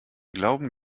glauben